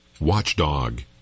Watchdog